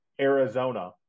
Arizona